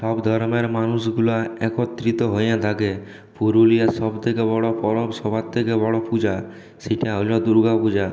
সব ধর্মের মানুষগুলা একত্রিত হয়ে থাকে পুরুলিয়ার সবথেকে বড় পরব সবার থেকে বড়ো পূজা সেইটা হইলো দুর্গাপূজা